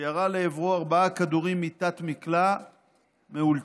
שירה לעברו ארבעה כדורים מתת-מקלע מאולתר.